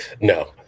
No